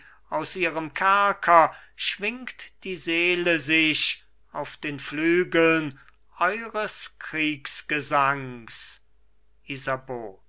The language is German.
aus ihrem kerker schwingt die seele sich auf den flügeln eures kriegsgesangs isabeau